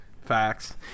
Facts